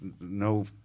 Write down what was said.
no